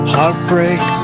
Heartbreak